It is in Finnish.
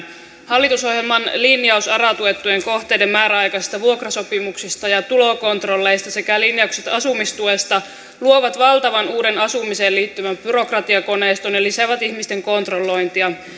hallitusohjelman linjaus ara tuettujen kohteiden määräaikaisista vuokrasopimuksista ja tulokontrolleista sekä linjaukset asumistuesta luovat valtavan uuden asumiseen liittyvän byrokratiakoneiston ja lisäävät ihmisten kontrollointia